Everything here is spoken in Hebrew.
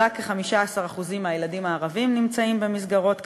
אבל רק כ-15% מהילדים הערבים נמצאים במסגרות כאמור,